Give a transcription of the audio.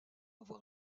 avoir